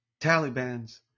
talibans